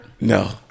No